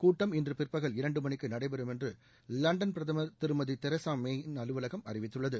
கூட்டம் இன்று பிற்பகல் இரண்டு மணிக்கு நடைபெறும் என்று லண்டனில் பிரதமர் திருமதி தெரிசா மேயின் அலுவலகம் அறிவித்துள்ளது